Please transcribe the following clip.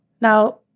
Now